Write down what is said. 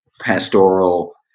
pastoral